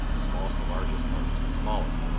smallest to largest, largest to smallest